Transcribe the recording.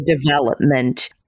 development